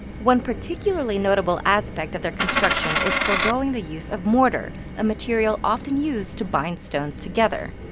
one particularly notable aspect of their construction is foregoing the use of mortar, a material often used to bind stones together.